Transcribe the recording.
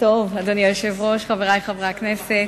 אדוני היושב-ראש, חברי חברי הכנסת,